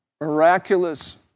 miraculous